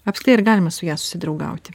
apskritai ar galima su ja susidraugauti